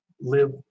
live